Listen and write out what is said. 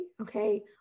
okay